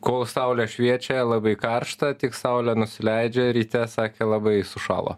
kol saulė šviečia labai karšta tik saulė nusileidžia ryte sakė labai sušalo